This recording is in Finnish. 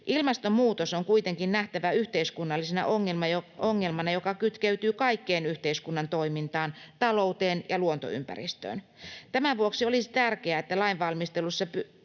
Ilmastonmuutos on kuitenkin nähtävä yhteiskunnallisena ongelmana, joka kytkeytyy kaikkeen yhteiskunnan toimintaan, talouteen ja luontoympäristöön. Tämän vuoksi olisi tärkeää, että lainvalmistelussa